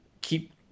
keep